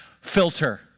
filter